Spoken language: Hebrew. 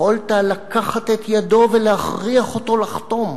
יכולת לקחת את ידו ולהכריח אותו לחתום.